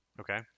Okay